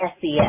SES